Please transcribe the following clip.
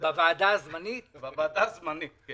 בוועדה הזמנית.